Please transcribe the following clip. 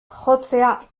jotzea